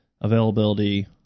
availability